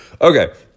Okay